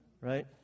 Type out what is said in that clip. right